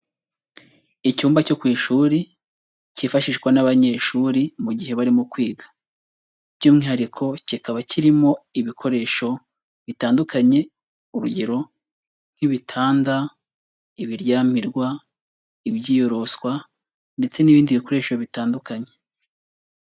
Icyumba cyo ku ishuri kifashishwa n'abanyeshuri mu gihe barimo kwiga, by'umwihariko kikaba kirimo ibikoresho bitandukanye, urugero nk'ibitanda, ibiryamirwa, ibyiyoroswa ndetse n'ibindi bikoresho bitandukanye.